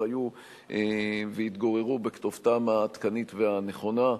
היו והתגוררו בכתובתם העדכנית והנכונה.